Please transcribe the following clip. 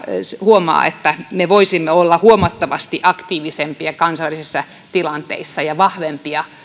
huomaa että me voisimme olla huomattavasti aktiivisempia kansainvälisissä tilanteissa ja vahvempia